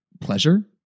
pleasure